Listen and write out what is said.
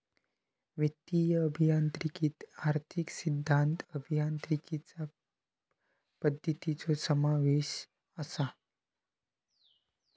वित्तीय अभियांत्रिकीत आर्थिक सिद्धांत, अभियांत्रिकीचा पद्धतींचो समावेश असा